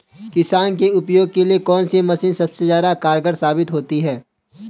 किसान के उपयोग के लिए कौन सी मशीन सबसे ज्यादा कारगर साबित होती है?